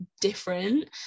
different